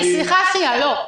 סליחה, שנייה, לא.